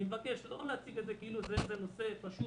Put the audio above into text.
אני מבקש לא להציג את זה כאילו זה איזה נושא פשוט,